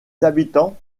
habitants